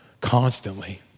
constantly